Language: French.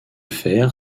fer